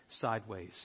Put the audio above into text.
sideways